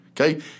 okay